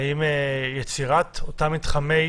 האם יצירת אותם מתחמי